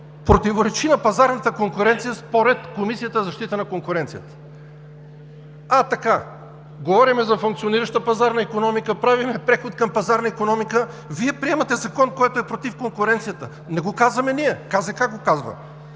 противоречи на пазарната конкуренция според Комисията за защита на конкуренцията. А така! Говорим за функционираща пазарна икономика, правим преход към пазарна икономика, Вие приемате закон, който е против конкуренцията. Не го казваме ние, КЗК го казва.